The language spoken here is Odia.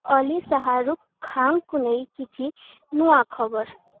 ଅଲି ଶାହରୁଖ୍ ଖାଁଙ୍କୁ ନେଇ କିଛି ନୂଆ ଖବର